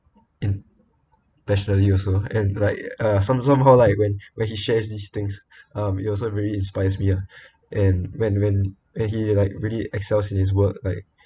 in passionately also and like uh some somehow like when when he shares these things um he also really inspires me ah and when when when he like really excels in his work like